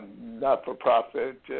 not-for-profit